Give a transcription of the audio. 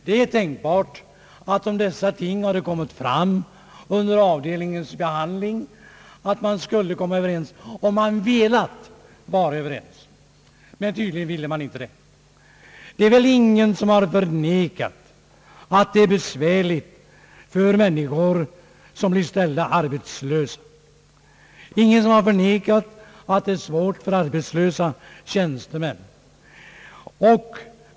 Det är tänkbart att vi, om dessa synpunkter kommit fram under motionens behandling i avdelningen, hade kunnat komma överens, men tydligen ville man inte det. Ingen har väl förnekat att det är besvärligt för människor som blir arbetslösa. Ingen har heller förnekat att det är svårt för arbetslösa tjänstemän.